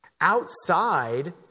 outside